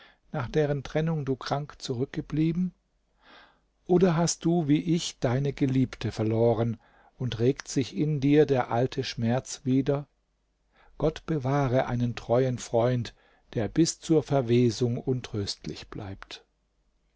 nach deren trennung du krank zurückgeblieben oder hast du wie ich deine geliebte verloren und regt sich in dir der alte schmerz wieder gott bewahre einen treuen freund der bis zur verwesung untröstlich bleibt